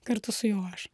kartu su juo aš